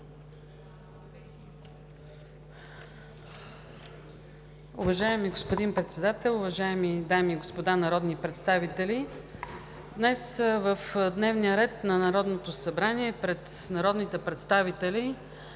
Уважаеми господин Председател, уважаеми дами и господа народни представители! Днес в дневния ред на Народното събрание пред народните представители